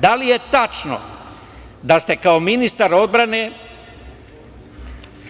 Da li je tačno da ste kao ministar odbrane